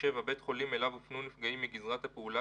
בית חולים אליו הופנו נפגעים מגזרת הפעולה